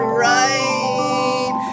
right